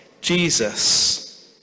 Jesus